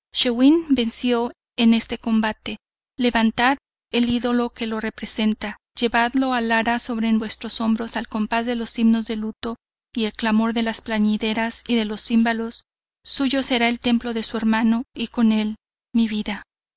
venció en e combate levantad el ídolo que lo representa llevadlo al ara sobre vuestros hombros al compás de los himnos de luto y el clamor de las plañideras y de los címbalos suyo será el templo de su hermano y con el mi vida